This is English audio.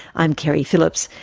i'm keri phillips,